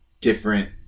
different